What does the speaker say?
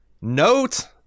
Note